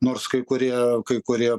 nors kai kurie kai kurie